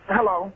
Hello